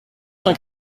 cent